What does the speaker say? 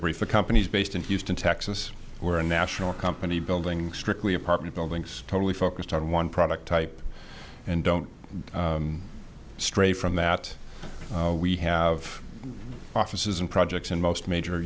the companies based in houston texas were national company building strictly apartment buildings totally focused on one product type and don't stray from that we have offices in projects in most major